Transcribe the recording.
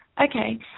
Okay